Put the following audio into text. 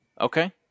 Okay